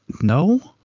no